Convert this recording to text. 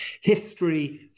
history